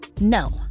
No